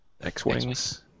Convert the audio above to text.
X-Wings